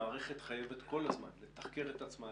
המערכת חייבת כל הזמן לתחקר את עצמה,